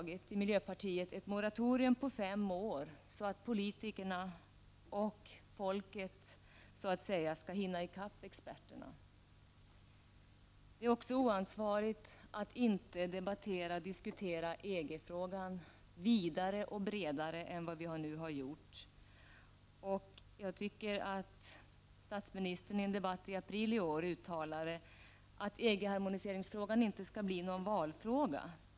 Vi i miljöpartiet har föreslagit ett moratorium på fem år, så att politikerna och folket så att säga skall hinna ikapp experterna. Det är också oansvarigt att inte debattera och diskutera EG-frågan vidare och bredare än vi nu har gjort. Statsministern uttalade i en debatt i april i år att EG-harmoniseringsfrågan inte skall bli någon valfråga.